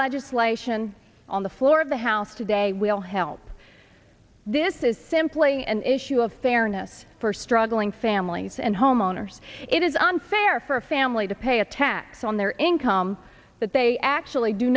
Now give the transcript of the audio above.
legislation on the floor of the house today will help this is simply an issue of fairness for struggling families and homeowners it is unfair for a family to pay a tax on their income that they actually do